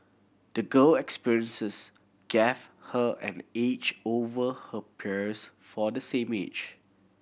the girl experiences gave her an edge over her peers for the same age